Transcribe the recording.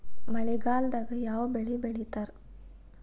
ಮಳೆಗಾಲದಾಗ ಯಾವ ಬೆಳಿ ಬೆಳಿತಾರ?